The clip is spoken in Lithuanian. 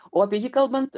o apie jį kalbant